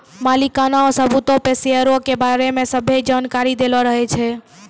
मलिकाना सबूतो पे शेयरो के बारै मे सभ्भे जानकारी दैलो रहै छै